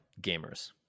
gamers